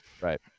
right